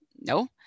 no